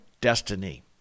destiny